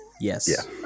Yes